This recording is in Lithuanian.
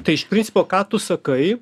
tai iš principo ką tu sakai